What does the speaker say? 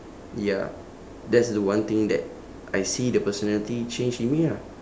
ya that's the one thing that I see the personality changed in me ah